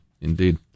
indeed